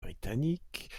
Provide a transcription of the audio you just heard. britannique